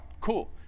Cool